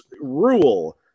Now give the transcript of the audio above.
Rule